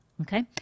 okay